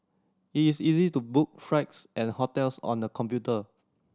it is easy to book flights and hotels on the computer